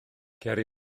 ceri